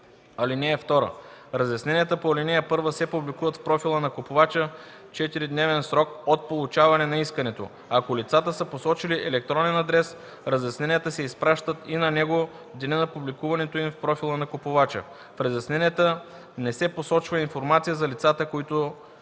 (2) Разясненията по ал. 1 се публикуват в профила на купувача в 4-дневен срок от получаване на искането. Ако лицата са посочили електронен адрес, разясненията се изпращат и на него в деня на публикуването им в профила на купувача. В разясненията не се посочва информация за лицата, които